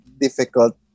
difficult